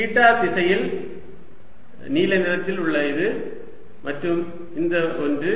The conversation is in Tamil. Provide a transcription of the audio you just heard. தீட்டா திசையில் நீல நிறத்தில் உள்ள இது மற்றும் இந்த ஒன்று